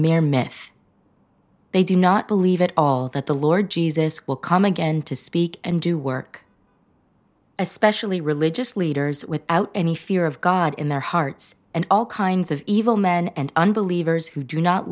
myth they do not believe it all that the lord jesus will come again to speak and do work especially religious leaders without any fear of god in their hearts and all kinds of evil men and